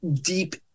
deep